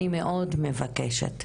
אני מאוד מבקשת,